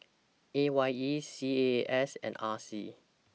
A Y E C A A S and R C